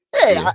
Hey